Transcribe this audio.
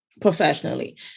professionally